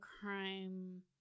crime